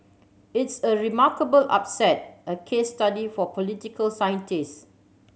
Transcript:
it's a remarkable upset a case study for political scientist